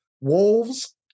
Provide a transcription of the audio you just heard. Wolves